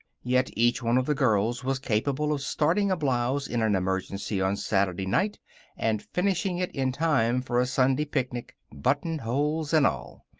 yet each one of the girls was capable of starting a blouse in an emergency on saturday night and finishing it in time for a sunday picnic, buttonholes and all.